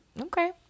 okay